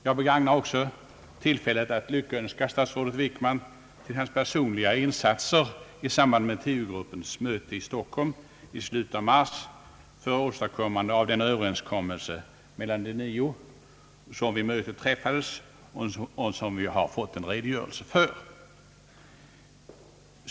Jag begagnar också tillfället att lyck önska statsrådet Wickman till hans personliga insatser i samband med tiogruppens möte i Stockholm i slutet av mars för åstadkommande av den överenskommelse mellan de nio, som vid mötet träffades och som vi nu har fått en redogörelse för.